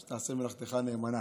שתעשה מלאכתך נאמנה.